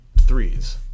Threes